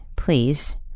please